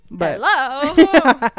hello